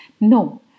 No